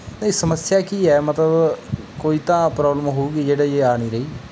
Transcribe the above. ਇਹ ਸਮੱਸਿਆ ਕੀ ਹੈ ਮਤਲਬ ਕੋਈ ਤਾਂ ਪ੍ਰੋਬਲਮ ਹੋਵੇਗੀ ਜਿਹੜੇ ਆ ਨਹੀਂ ਰਹੀ